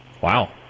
Wow